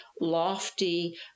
lofty